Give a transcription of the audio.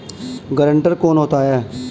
Guarantor कौन होता है?